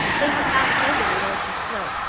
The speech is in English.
they had found nobody at orchard slope,